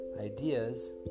ideas